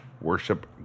worship